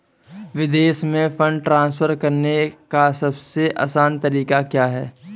विदेश में fund transfer करने का सबसे आसान तरीका क्या है?